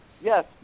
yes